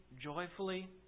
joyfully